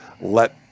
let